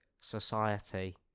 society